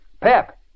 Pep